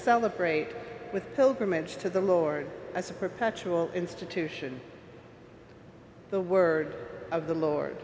celebrate with pilgrimage to the lord as a perpetual institution the word of the lord